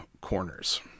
corners